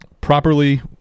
properly